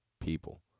people